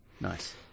Nice